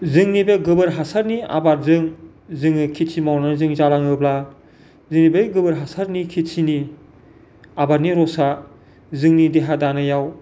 जोंनि बे गोबोर हासारनि आबादजों जोङो खेति मावनानै जों जालाङोब्ला जोंनि बै गोबोर हासारनि खेतिनि आबादनि रसा जोंनि देहा दानायाव